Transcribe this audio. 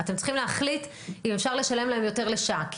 אתם צריכים להחליט אם אפשר לשלם להם יותר לשעה.